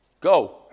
Go